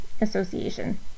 Association